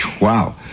wow